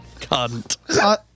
Cunt